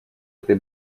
этой